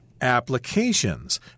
applications